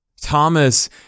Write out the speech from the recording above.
Thomas